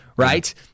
Right